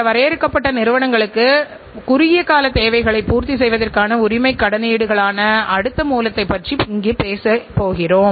மேலும் வாடிக்கையாளர்களின் தேவைகளுக்கு நெகிழ்வுத்தன்மையையும் விரைவான எதிர்வினையையும் உருவாக்குகிறது